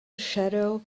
shadow